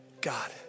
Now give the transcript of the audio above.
God